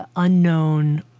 ah unknown,